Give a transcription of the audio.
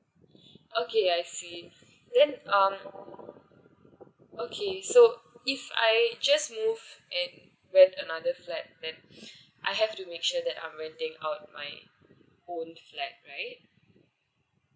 okay I see then um okay so if I just move in when another flat then I have to make sure that I'm renting out my own flat right